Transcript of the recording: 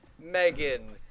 Megan